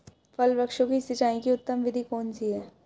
फल वृक्षों की सिंचाई की उत्तम विधि कौन सी है?